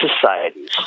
societies